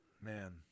Man